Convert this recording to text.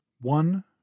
One-